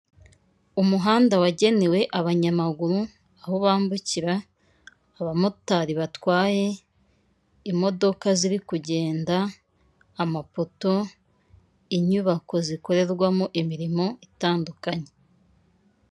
Umuhanda wagenewe abanyamaguru, aho bambukira, abamotari batwaye, imodoka ziri kugenda, amapoto, inyubako zikorerwamo imirimo itandukanye.